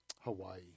Hawaii